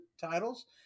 titles